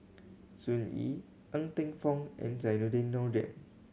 Sun Yee Ng Teng Fong and Zainudin Nordin